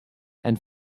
and